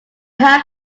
have